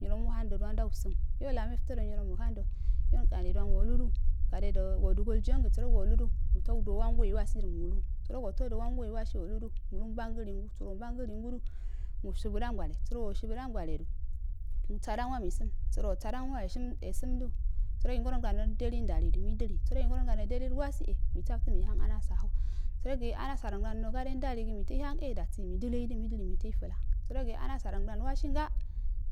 Nyiromuhangdo duwan dausən yalarne flodu nyiromuhangdo yoinani duhan walludu gadedo duwan wodə gol giyangi səro wolu du mulu sərogi wato wodumo wangui wasi e woludu muha mbangə lingu səro womban gə gwale səroubshebudan gweledu musadan wani sum səro wasadan wa eshim esumdu sərogi ngorondano idili ndali sərogi ngorongdan no dili əlwasi e meisaftən mahang amusa aho sərogi anasu rogdan noo gade ndaligi mento hang e dasi mai dəli midili mito ifa sərogi anaborongdanl wasinga.